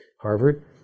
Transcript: Harvard